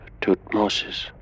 Tutmosis